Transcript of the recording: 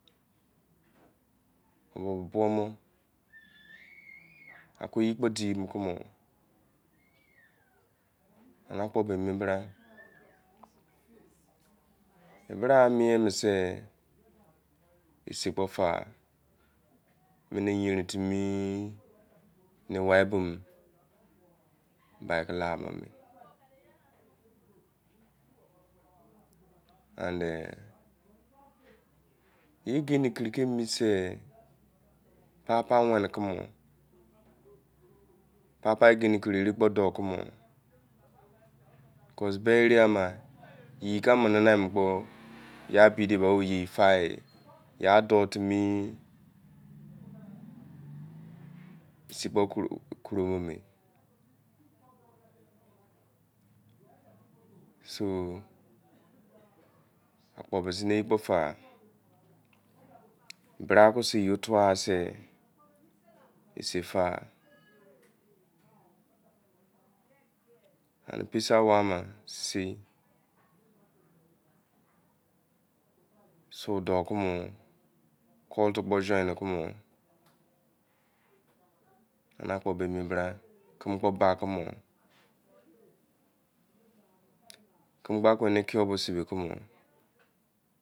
Nbumo akoyi ke di mu kumi a ene akpo ke emi bra, bra ke mien. ma sai sei kpo fa, emene yorin-fi mi bi-ke-la-fe, and, yo di kiri ke mein sei papa wene kumor, papa egeri kile kumor pre kpo doh kumor, ere ofu ena bi-de obaw o-ye fai, so, akpo ziniyei kpo fari, bk-ke sei yei fuo sai serifa kone posu awor ama son doh tan nor cust kpo joini kumor keme kpa ba kumor keme gba gbei yu ekiyur kpo sisi kumor.